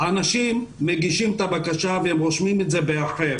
אנשים מגישים את הבקשה ורושמים את זה ב'אחר',